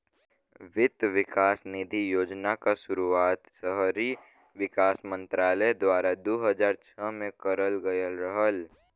वित्त विकास निधि योजना क शुरुआत शहरी विकास मंत्रालय द्वारा दू हज़ार छह में करल गयल रहल